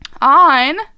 on